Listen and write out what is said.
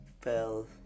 fell